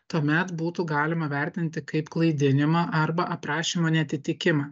tuomet būtų galima vertinti kaip klaidinimą arba aprašymo neatitikimą